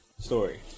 story